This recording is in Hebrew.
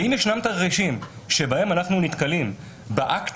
ואם ישנם תרחישים שבהם אנחנו נתקלים באקט